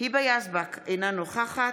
היבה יזבק, אינה נוכחת